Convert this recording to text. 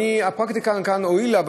הפרקטיקה כאן הועילה,